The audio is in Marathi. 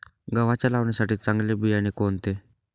गव्हाच्या लावणीसाठी चांगले बियाणे कोणते?